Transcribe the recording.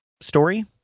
story